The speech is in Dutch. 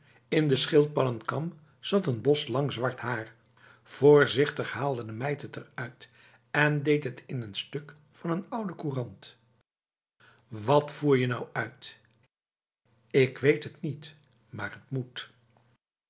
in de schildpadden kam zat een bos lang zwart haar voorzichtig haalde de meid het eruit en deed het in n stuk van een oude courant wat voer je nou uit ik weet het niet maar het moet